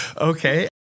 okay